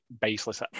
baseless